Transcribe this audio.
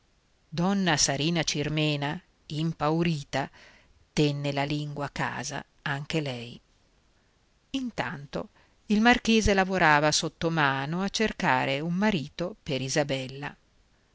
donna sarina cirmena impaurita tenne la lingua a casa anche lei intanto il marchese lavorava sottomano a cercare un marito per isabella